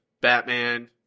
Batman